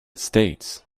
states